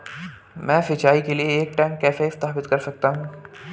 मैं सिंचाई के लिए एक टैंक कैसे स्थापित कर सकता हूँ?